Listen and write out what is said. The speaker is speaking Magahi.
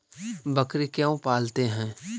बकरी क्यों पालते है?